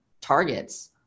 targets